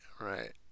right